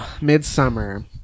Midsummer